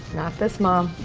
not this mom.